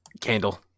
candle